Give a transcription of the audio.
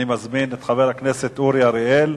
אני מזמין את חבר הכנסת אורי אריאל,